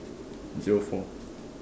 zero four